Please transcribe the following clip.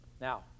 Now